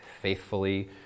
faithfully